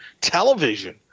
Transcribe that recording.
television